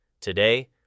Today